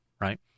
right